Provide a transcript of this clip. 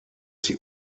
sie